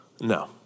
No